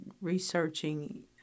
researching